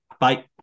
Bye